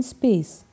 Space।